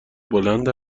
بلند